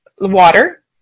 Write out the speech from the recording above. water